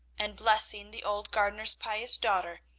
and, blessing the old gardener's pious daughter,